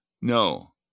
No